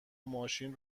ماشین